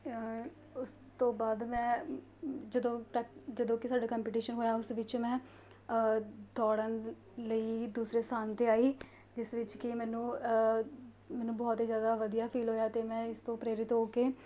ਉਸ ਤੋਂ ਬਾਅਦ ਮੈਂ ਜਦੋਂ ਪ੍ਰੈਕ ਜਦੋਂ ਕਿ ਸਾਡੇ ਕੰਪਟੀਸ਼ਨ ਹੋਇਆ ਉਸ ਵਿੱਚ ਮੈਂ ਦੌੜਨ ਲਈ ਦੂਸਰੇ ਸਥਾਨ 'ਤੇ ਆਈ ਜਿਸ ਵਿੱਚ ਕਿ ਮੈਨੂੰ ਮੈਨੂੰ ਬਹੁਤ ਜ਼ਿਆਦਾ ਵਧੀਆ ਫੀਲ ਹੋਇਆ ਅਤੇ ਮੈਂ ਇਸ ਤੋਂ ਪ੍ਰੇਰਿਤ ਹੋ ਕੇ